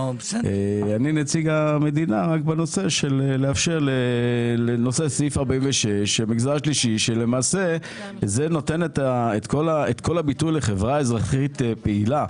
אני נציג המדינה רק כדי לאפשר לנושא סעיף 46. למעשה זה נותן את הביטוי לחברה אזרחית פעילה.